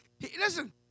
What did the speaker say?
Listen